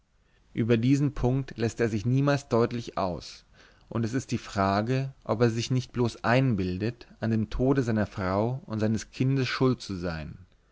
über diesen punkt läßt er sich niemals deutlich aus und es ist die frage ob er sich nicht bloß einbildet an dem tode seiner frau und seines kindes schuld zu sein